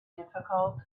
difficult